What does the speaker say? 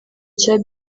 cya